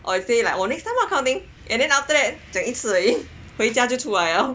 or I say like okay lor next time kind of thing and then after that 讲一次回家就出来了